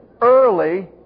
early